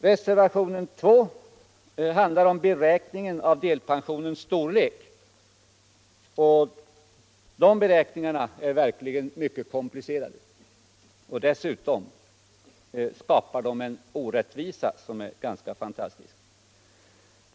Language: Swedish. Reservationen 2 handlar om beräkningen av delpensionens storlek — och den beräkningen är verkligen komplicerad och skapar dessutom en orättvisa som är ganska fantastisk.